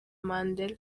mandela